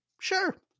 Sure